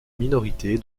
minorité